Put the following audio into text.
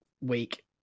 week